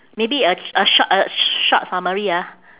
maybe a a short a short summary ah